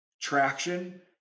traction